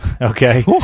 okay